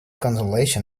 consolation